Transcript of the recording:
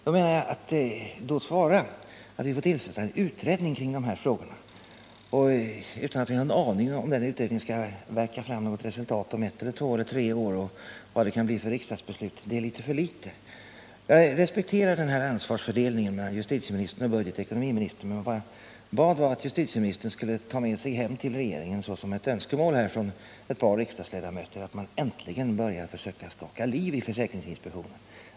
Låt vara att vi tillsätter en utredning kring de här frågorna — det räcker emellertid inte. Vi har ingen aning om huruvida den utredningen kan värka fram något resultat om ett, två eller tre år eller vad det blir för riksdagsbeslut. Jag respekterar ansvarsfördelningen mellan justitieministern och budgetoch ekonomiministern. Vad jag bad om var att justitieministern till regeringen skulle ta med sig önskemålet från ett par riksdagsledamöter att man äntligen börjar försöka skaka liv i försäkringsinspektionen.